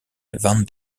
van